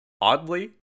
Oddly